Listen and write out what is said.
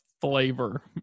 flavor